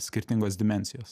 skirtingos dimensijos